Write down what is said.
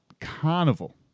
Carnival